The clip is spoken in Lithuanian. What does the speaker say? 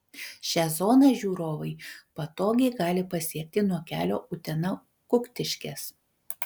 šią zoną žiūrovai patogiai gali pasiekti nuo kelio utena kuktiškės